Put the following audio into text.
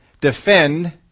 defend